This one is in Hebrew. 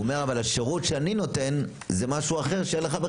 הוא אומר אבל השירות שאני נותן זה משהו אחר שאין לך בכלל.